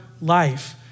life